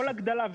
כל הגדלה,